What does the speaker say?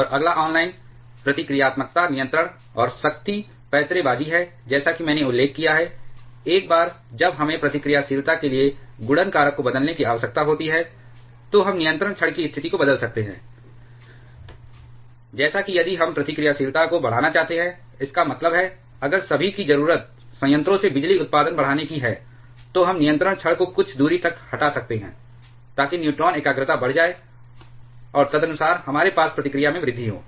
और अगला ऑनलाइन प्रतिक्रियात्मकता नियंत्रण और शक्ति पैंतरेबाज़ी है जैसा कि मैंने उल्लेख किया है एक बार जब हमें प्रतिक्रियाशीलता के लिए गुणन कारक को बदलने की आवश्यकता होती है तो हम नियंत्रण छड़ की स्थिति को बदल सकते हैं जैसे कि यदि हम प्रतिक्रियाशीलता को बढ़ाना चाहते हैं इसका मतलब है अगर सभी की जरूरत संयंत्रों से बिजली उत्पादन बढ़ाने की है तो हम नियंत्रण छड़ को कुछ दूरी तक हटा सकते हैं ताकि न्यूट्रॉन एकाग्रता बढ़ जाए और तदनुसार हमारे पास प्रतिक्रिया में वृद्धि हो